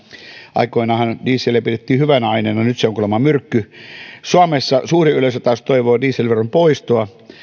aikoinaanhan dieseliä pidettiin hyvänä aineena nyt se on kuulemma myrkky suomessa suuri yleisö taas toivoo dieselveron poistoa